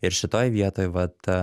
ir šitoj vietoj vat